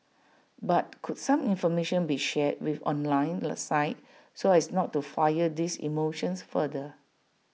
but could some information be shared with online sites so as to not fire these emotions further